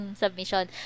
submission